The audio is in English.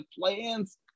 plans